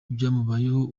ibyamubayeho